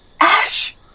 Ash